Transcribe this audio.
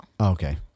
Okay